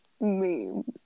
memes